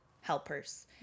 helpers